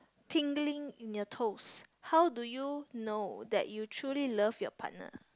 tingling in your toes how do you know that you truly love your partner